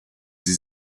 sie